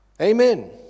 Amen